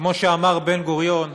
כמו שאמר בן-גוריון,